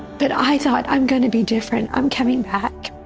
but i thought i'm going to be different. i'm coming back.